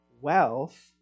wealth